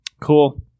Cool